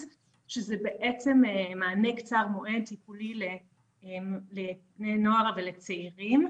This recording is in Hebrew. שזה בעצם מענה קצר מועד טיפולי לבני נוער ולצעירים